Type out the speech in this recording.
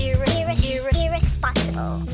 Irresponsible